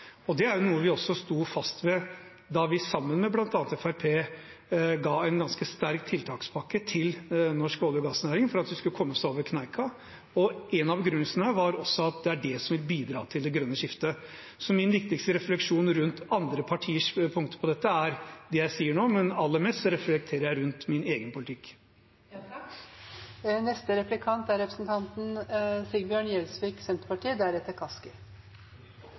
Det er noe vi også sto fast ved da vi sammen med bl.a. Fremskrittspartiet ga en ganske sterk tiltakspakke til norsk olje- og gassnæring for at man skulle komme seg over kneiken. En av begrunnelsene var at det er det som vil bidra til det grønne skiftet. Min viktigste refleksjon rundt andre partiers punkter på dette er det jeg sier nå, men aller mest reflekterer jeg rundt min egen politikk. Representanten Kapur sa i sitt innlegg at det er